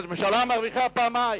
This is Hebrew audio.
הממשלה מרוויחה פעמיים: